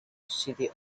city